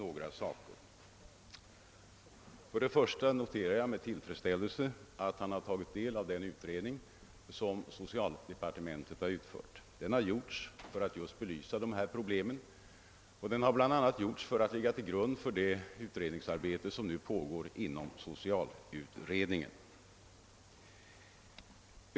Först och främst noterar jag med tillfredsställelse att herr Ringaby har tagit del av den utredning som socialdepartementet utfört. Den har gjorts just för att belysa de aktuella problemen och för att ligga till grund för det utredningsarbete som pågår inom socialutredningen.